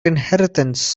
inheritance